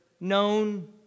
known